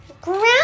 Ground